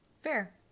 Fair